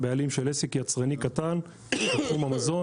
בעלים של עסק יצרני קטן בתחום המזון,